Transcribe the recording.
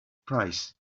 price